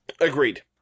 Agreed